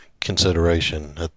consideration